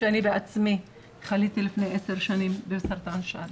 שאני בעצמי חליתי לפני 10 שנים בסרטן שד